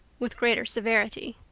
with greater severity,